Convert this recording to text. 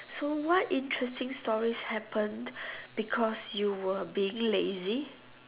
so what interesting stories happened because you were being lazy